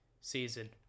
season